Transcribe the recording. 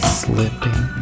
slipping